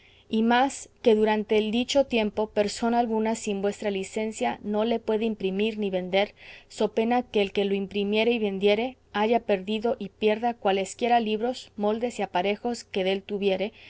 y más que durante el dicho tiempo persona alguna sin vuestra licencia no le pueda imprimir ni vender so pena que el que lo imprimiere y vendiere haya perdido y pierda cualesquiera libros moldes y aparejos que dél tuviere